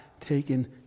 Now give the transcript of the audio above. taken